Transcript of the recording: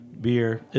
beer